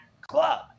club